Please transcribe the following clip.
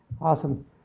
Awesome